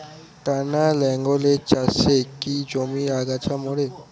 টানা লাঙ্গলের চাষে কি জমির আগাছা মরে?